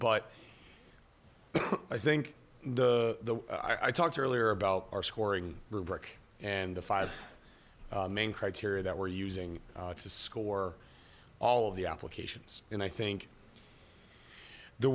but i think the i talked earlier about our scoring rubric and the five main criteria that we're using to score all of the applications and i think the